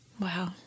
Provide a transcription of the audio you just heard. Wow